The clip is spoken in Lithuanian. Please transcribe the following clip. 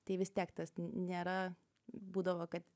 tai vis tiek tas nėra būdavo kad